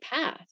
path